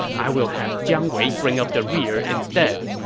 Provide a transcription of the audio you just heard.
i will have jiang wei bring up the rear instead.